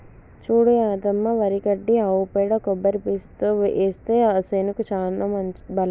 చూడు యాదమ్మ వరి గడ్డి ఆవు పేడ కొబ్బరి పీసుతో ఏస్తే ఆ సేనుకి సానా బలం